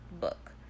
book